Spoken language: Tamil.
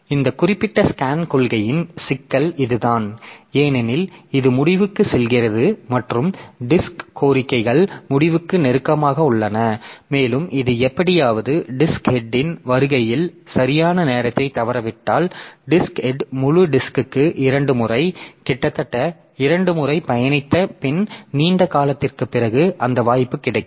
எனவே இந்த குறிப்பிட்ட SCAN கொள்கையின் சிக்கல் இதுதான் ஏனெனில் இது முடிவுக்குச் செல்கிறது மற்றும் டிஸ்க் கோரிக்கைகள் முடிவுக்கு நெருக்கமாக உள்ளன மேலும் இது எப்படியாவது டிஸ்க் ஹெட்ன் வருகையின் சரியான நேரத்தை தவறவிட்டால் டிஸ்க் ஹெட் முழு டிஸ்க்க்கு இரண்டு முறை கிட்டத்தட்ட இரண்டு முறை பயணித்த பின் நீண்ட காலத்திற்குப் பிறகு அந்த வாய்ப்பு கிடைக்கும்